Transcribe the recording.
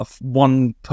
one